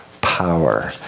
power